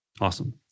Awesome